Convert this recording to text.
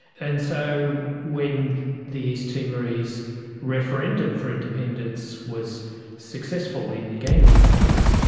and so when the east timorese referendum for independence was successful in gaining independence,